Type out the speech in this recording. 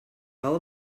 all